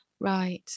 Right